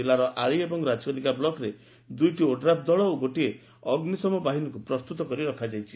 ଜିଲ୍ଲାର ଆଳି ଏବଂ ରାଜକନିକା ବ୍ଲକରେ ଦୁଇଟି ଓଡ୍ରାଫ ଦଳ ଓ ଅଗ୍ନିଶମ ବାହିନୀକୁ ପ୍ରସ୍ତୁତ କରି ରଖାଯାଇଛି